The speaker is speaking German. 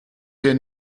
hier